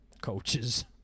Coaches